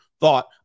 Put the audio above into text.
thought